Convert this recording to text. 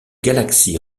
galaxy